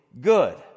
good